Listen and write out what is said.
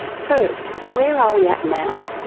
first, where are we at now?